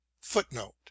Footnote